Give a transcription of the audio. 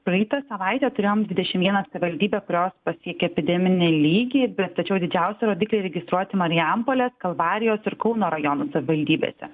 praeitą savaitę turėjom dvidešim vieną savivaldybę kurios pasiekė epideminį lygį bet tačiau didžiausi rodikliai registruoti marijampolės kalvarijos ir kauno rajonų savivaldybėse